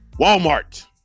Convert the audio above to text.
Walmart